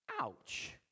Ouch